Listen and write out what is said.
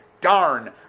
Darn